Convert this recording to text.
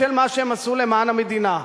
בשל מה שהם עשו למען המדינה.